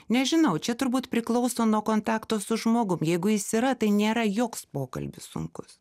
nežinau čia turbūt priklauso nuo kontakto su žmogum jeigu jis yra tai nėra joks pokalbis sunkus